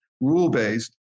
rule-based